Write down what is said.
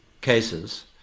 cases